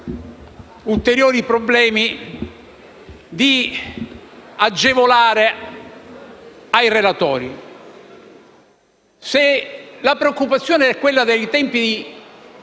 ulteriori problemi, di agevolare i relatori. Se la preoccupazione è quella di possibili